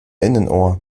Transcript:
innenohr